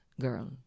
girl